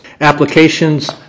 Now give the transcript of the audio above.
Applications